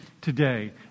today